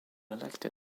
elected